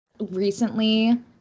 Recently